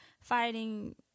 fighting